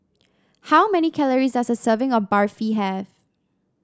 how many calories does a serving of Barfi have